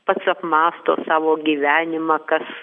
pats apmąsto savo gyvenimą kas